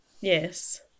yes